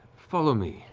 follow me.